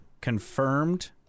confirmed